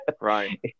right